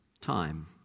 time